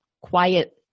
quiet